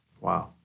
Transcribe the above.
Wow